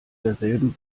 derselben